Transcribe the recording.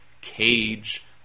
cage